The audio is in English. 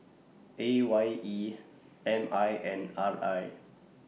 A Y E M I and R I